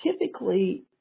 Typically